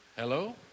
hello